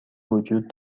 وجود